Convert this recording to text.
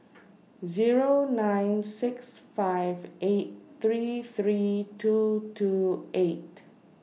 Zero nine six five eight three three two two eight